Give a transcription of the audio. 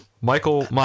Michael